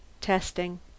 testing